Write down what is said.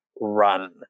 run